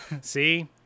See